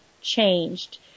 changed